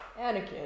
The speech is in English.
Anakin